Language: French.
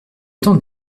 temps